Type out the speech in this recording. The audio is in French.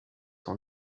son